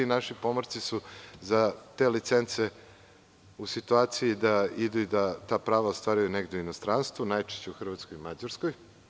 Naši pomorci su za te licence u situaciji da idu i da ta prava ostvaruju negde u inostranstvu, najčešće u Hrvatskoj i Mađarskoj.